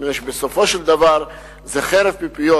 בסופו של דבר זה חרב פיפיות.